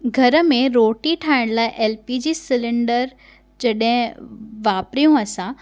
घर में रोटी ठाहिण लाइ एलपीजी सिलैंडर जॾहिं वापिरियो असां